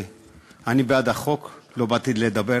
אני בעד החוק, לא באתי לדבר